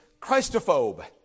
Christophobe